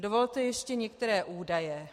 Dovolte ještě některé údaje.